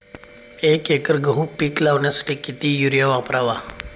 एक एकर गहू पीक लावण्यासाठी किती युरिया वापरावा?